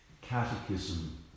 catechism